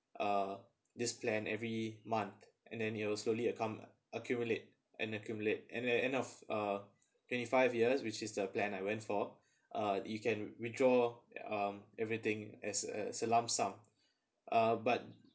uh this plan every month and then you will slowly accum~ accumulate and accumulate and the end of uh twenty five years which is the plan I went for uh you can withdraw um everything as a it's a lump sum uh but